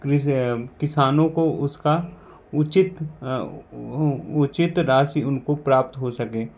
किसानों को उसका उचित उचित राशि उनको प्राप्त हो सकें